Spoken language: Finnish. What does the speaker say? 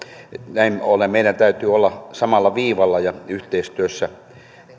näin ollen meidän täytyy olla samalla viivalla ja yhteistyössä